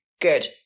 Good